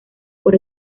por